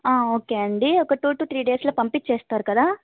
okay అండి ఒక two to three డేస్లో పంపిస్తారు కదా